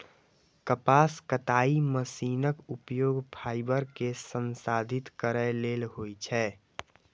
कपास कताइ मशीनक उपयोग फाइबर कें संसाधित करै लेल होइ छै